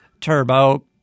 turbo